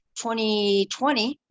2020